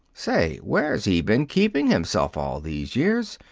say, where's he been keeping himself all these years?